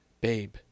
Babe